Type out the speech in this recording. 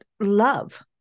love